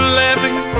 laughing